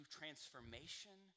transformation